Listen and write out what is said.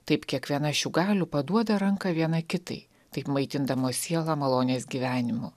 taip kiekviena šių galių paduoda ranką viena kitai taip maitindamos sielą malonės gyvenimu